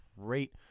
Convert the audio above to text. great